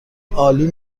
عالی